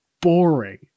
boring